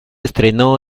estrenó